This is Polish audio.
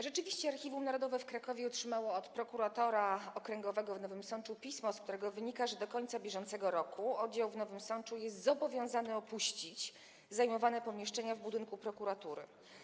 Rzeczywiście Archiwum Narodowe w Krakowie otrzymało od prokuratora okręgowego w Nowym Sączu pismo, z którego wynika, że do końca bieżącego roku oddział w Nowym Sączu jest zobowiązany opuścić zajmowane pomieszczenia w budynku prokuratury.